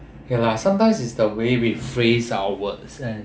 ya lah sometimes is the way we phrase our words and